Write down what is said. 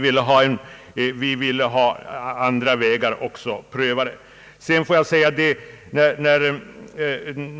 Vi ville ha detta prövat i en förutsättningslös utredning.